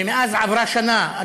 ומאז עברה שנה,